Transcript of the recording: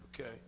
Okay